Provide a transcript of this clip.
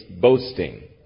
boasting